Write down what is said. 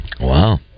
Wow